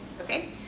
Okay